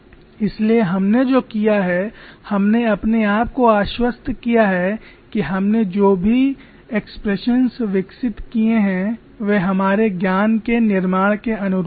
इसलिए हमने जो किया है हमने अपने आप को आश्वस्त किया है कि हमने जो भी एक्सप्रेशंस विकसित किए हैं वे हमारे ज्ञान के निर्माण के अनुरूप हैं